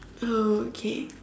okay